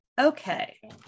Okay